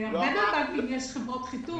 להרבה מהבנקים יש חברות חיתום.